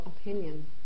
opinion